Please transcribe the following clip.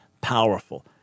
powerful